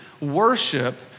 worship